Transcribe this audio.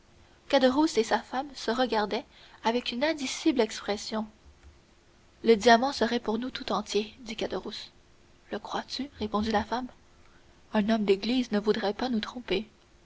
caderousse et sa femme se regardaient avec une indicible expression le diamant serait pour nous tout entier dit caderousse le crois-tu répondit la femme un homme d'église ne voudrait pas nous tromper